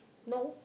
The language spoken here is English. no